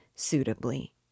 suitably